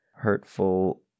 Hurtful